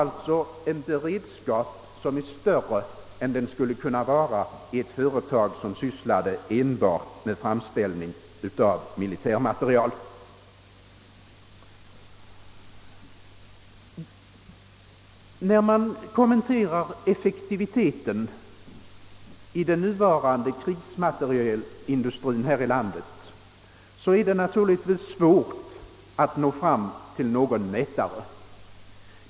Beredskapen är alltså större än den skulle kunna vara i ett företag, som enbart sysslar med framställning av militär materiel. När det gäller att kommentera effektiviteten av den nuvarande krigsmaterielindustrien här i landet, är det naturligtvis svårt att få fram någon märtare.